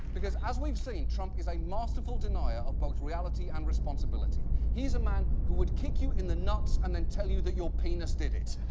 because, as we've seen, trump is a masterful denier of both reality and responsibility. he is a man who would kick you in the nuts and then tell you that your penis did it.